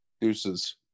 deuces